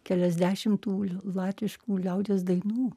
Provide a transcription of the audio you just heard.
keliasdešim tų latviškų liaudies dainų